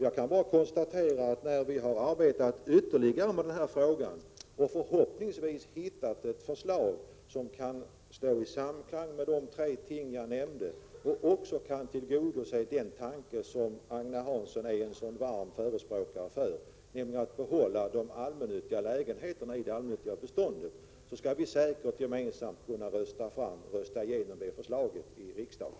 Jag kan bara konstatera att när vi har arbetat ytterligare med den här frågan och förhoppningsvis hittat ett förslag som står i samklang med de tre ting jag nämnde och även kan tillgodose det som Agne Hansson så varmt förespråkar, nämligen att behålla lägenheterna i det allmännyttiga beståndet, skall vi säkert gemensamt kunna rösta igenom ett sådant förslag i riksdagen.